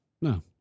No